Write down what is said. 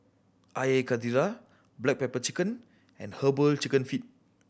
Air Karthira black pepper chicken and Herbal Chicken Feet